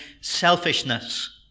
Selfishness